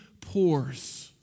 pours